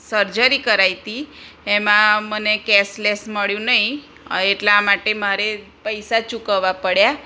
surgery કરાવી હતી એમાં મને કેશ લેસ મળ્યું નહીં એટલા માટે મારે પૈસા ચૂકવવા પડ્યા